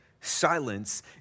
Silence